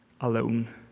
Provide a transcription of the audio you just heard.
Alone